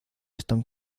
están